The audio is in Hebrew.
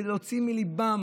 כדי להוציא מליבם